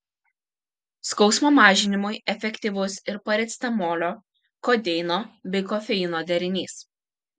skausmo mažinimui efektyvus ir paracetamolio kodeino bei kofeino derinys